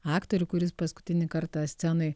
aktorių kuris paskutinį kartą scenoj